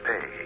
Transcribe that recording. pay